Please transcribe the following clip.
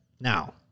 Now